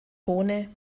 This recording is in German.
bohne